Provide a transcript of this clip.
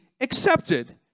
accepted